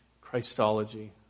Christology